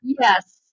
yes